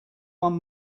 one